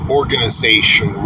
organization